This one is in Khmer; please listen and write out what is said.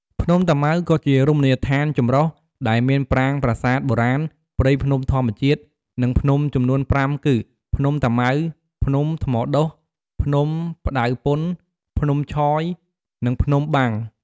ភ្នំតាម៉ៅក៏ជារមណីយដ្ឋានចម្រុះ ដែលមានប្រាង្គប្រាសាទបុរាណ ព្រៃភ្នំធម្មជាតិ និងភ្នំចំនួន ៥ គឺ ភ្នំតាម៉ៅ ភ្នំថ្មដុះ ភ្នំផ្តៅពន្ធ ភ្នំឆយ និងភ្នំបាំង។